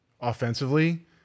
offensively